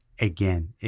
Again